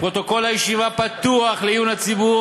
פרוטוקול הישיבה פתוח לעיון הציבור